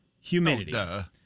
Humidity